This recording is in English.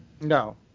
No